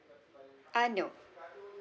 uh no